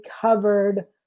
covered